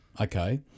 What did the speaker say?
Okay